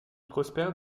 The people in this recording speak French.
prospèrent